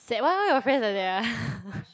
sad why all your friends like that ah